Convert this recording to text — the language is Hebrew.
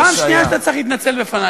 פעם שנייה שאתה צריך להתנצל בפני.